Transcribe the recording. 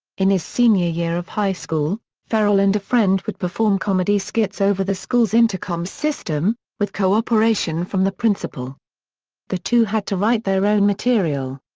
in his senior year of high school, ferrell and a friend would perform comedy skits over the school's intercom system, with cooperation from the principal the two had to write their own material.